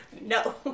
No